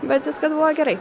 bet viskas buvo gerai